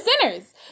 sinners